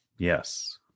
Yes